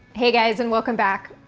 hey guys, and welcome back.